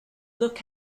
look